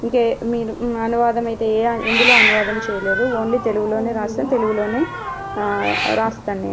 ఇంకే మెయిన్ అనువాదం అయితే ఏ ఎందులో అనువాదం చేయలేదు ఓన్లీ తెలుగులోనే వ్రాస్తాను తెలుగులోనే వ్రాస్తాను నేను